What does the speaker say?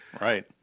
Right